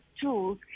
tools